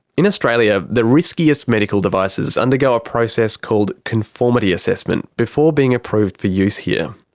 in australia, the riskiest medical devices undergo a process called conformity assessment before being approved for use here.